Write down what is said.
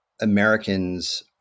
Americans